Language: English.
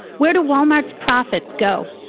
where do walmart's profits go?